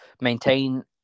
maintain